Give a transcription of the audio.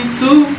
two